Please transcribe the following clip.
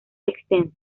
extensos